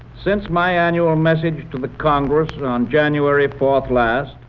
since my annual message to the congress on january fourth last.